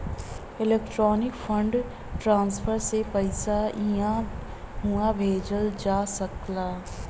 electronic fund transfer से पइसा इहां उहां भेजल जा सकला